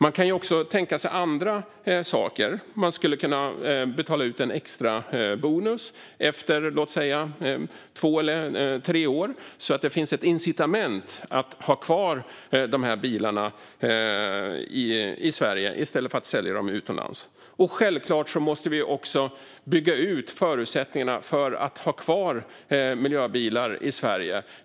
Man kan också tänka sig andra saker. Man skulle kunna betala ut en extra bonus efter två eller tre år så att det finns ett incitament att ha kvar bilarna i Sverige i stället för att sälja dem utomlands. Självklart måste vi också bygga ut förutsättningarna för att ha kvar miljöbilar i Sverige.